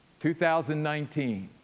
2019